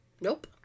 Nope